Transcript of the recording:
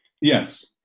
Yes